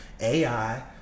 AI